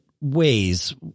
ways